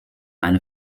eine